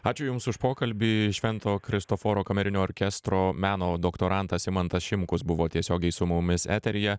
ačiū jums už pokalbį švento kristoforo kamerinio orkestro meno doktorantas imantas šimkus buvo tiesiogiai su mumis eteryje